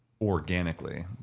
organically